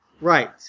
Right